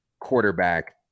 quarterback